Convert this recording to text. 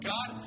God